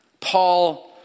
Paul